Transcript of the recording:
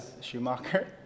Schumacher